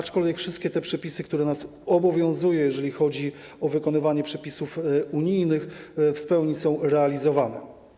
Aczkolwiek wszystkie te przepisy, które nas obowiązują, jeżeli chodzi o wykonywanie przepisów unijnych, w pełni są realizowane.